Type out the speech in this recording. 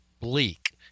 bleak